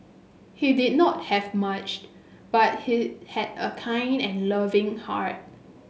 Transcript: he did not have much but he had a kind and loving heart